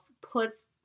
puts